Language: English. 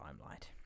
limelight